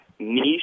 niche